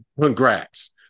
congrats